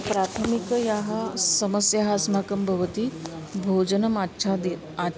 प्राथमिकसमस्याः अस्माकं भवति भोजनम् आच्छाद्यं